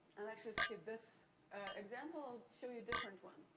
i'll actually skip this example, show you a different one.